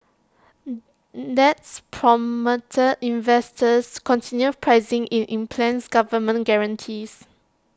that's prompted investors continue pricing in implicit government guarantees